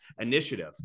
initiative